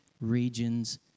regions